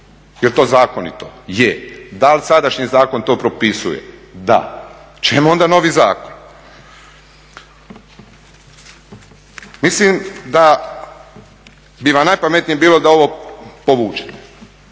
Jel to zakonito? Je. Da li sadašnji zakon to propisuje? Da. Čemu onda novi zakon? Mislim da bi vam najpametnije bilo da ovo povučete,